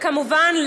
כמובן,